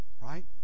right